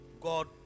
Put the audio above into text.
God